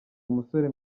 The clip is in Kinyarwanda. umusore